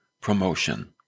promotion